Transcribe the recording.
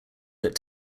that